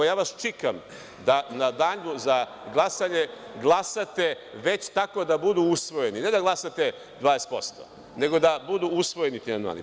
Čikam vas da u danu za glasanje glasate tako da budu usvojeni, ne da glasate 20%, nego da budu usvojeni ti amandmani.